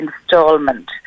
installment